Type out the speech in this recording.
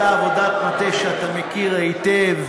אותה עבודת מטה שאתה מכיר היטב,